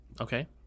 okay